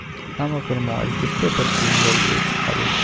हम अप्पन मोबाइल किस्ते पर किन लेलियइ ह्बे